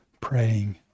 praying